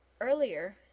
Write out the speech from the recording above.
earlier